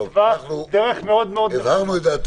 הוא התווה דרך מאוד מאוד ברורה.